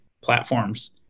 platforms